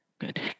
Good